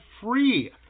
free